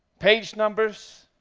page numbers,